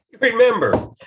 remember